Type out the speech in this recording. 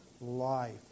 life